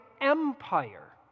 empire